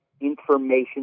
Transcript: information